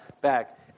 back